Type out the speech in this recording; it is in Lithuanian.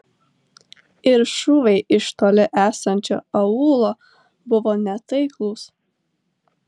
ir šūviai iš toli esančio aūlo buvo netaiklūs